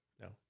No